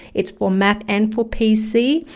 it's for mac and for pc.